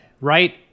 right